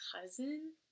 cousin